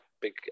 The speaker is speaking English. big